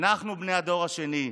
אנחנו בני הדור השני,